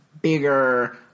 bigger